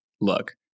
look